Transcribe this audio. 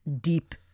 deep